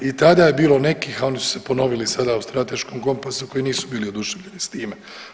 I tada je bilo nekih, a oni su se ponovili sada u strateškom kompasu koji nisu bili oduševljeni s time.